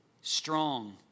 Strong